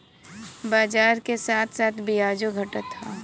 बाजार के साथ साथ बियाजो घटत हौ